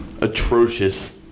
atrocious